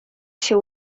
się